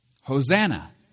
Hosanna